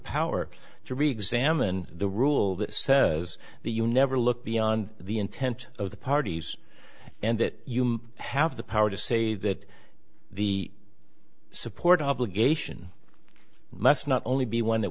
power to read salman the rule that says that you never look beyond the intent of the parties and that you have the power to say that the support obligation must not only be one that